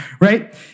right